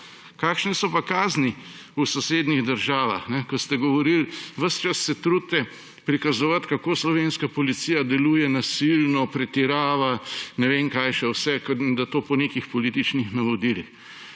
Kakšne so pa kazni v sosednjih državah? Ves čas se trudite prikazovati, kako slovenska policija deluje nasilno, pretirava, ne vem kaj še vse, po nekih političnih navodilih.